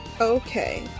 Okay